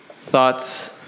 thoughts